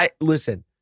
listen